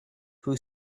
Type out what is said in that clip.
who